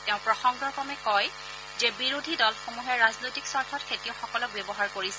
তেওঁ প্ৰসংগক্ৰমে কয় যে বিৰোধী দলসমূহে ৰাজনৈতিক স্বাৰ্থত খেতিয়কসকলক ব্যৱহাৰ কৰিছে